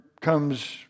comes